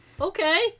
Okay